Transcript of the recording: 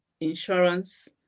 insurance